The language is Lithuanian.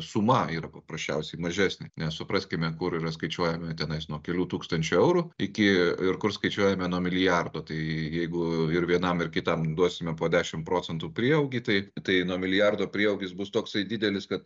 suma yra paprasčiausiai mažesnė nes supraskime kur yra skaičiuojami tenais nuo kelių tūkstančių eurų iki ir kur skaičiuojame nuo milijardo tai jeigu ir vienam ir kitam duosime po dešim procentų prieaugį tai tai nuo milijardo prieaugis bus toksai didelis kad